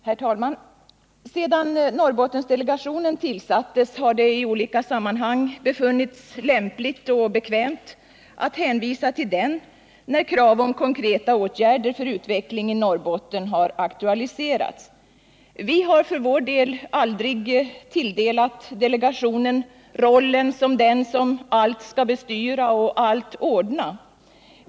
Herr talman! Sedan Norrbottendelegationen tillsattes har det i olika sammanhang befunnits lämpligt och bekvämt att hänvisa till den när krav på konkreta åtgärder för utveckling i Norrbotten aktualiserats. Vi har för vår del aldrig tilldelat delegationen rollen som den som allt skall bestyra och allt ordna.